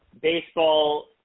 baseball